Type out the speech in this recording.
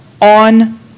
on